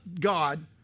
God